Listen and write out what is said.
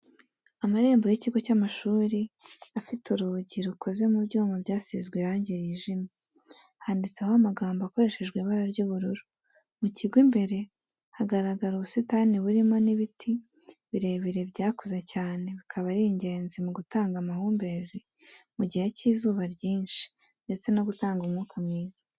Amarembo y'ikigo cy'amashuri afite urugi rukoze mu byuma byasizwe irangi yijimye, handitseho amagambo akoreshejwe ibara ry'ubururu, mu kigo imbere hagaragara ubusitani burimo n'ibiti birebire byakuze cyane bikaba ari ingenzi mu gutanga amahumbezi mu gihe cy'izuba ryinshi ndetse no gutanga umwuka mwiza.